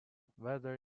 whether